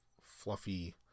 fluffy